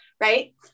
right